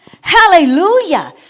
Hallelujah